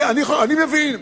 אני מבין,